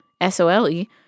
S-O-L-E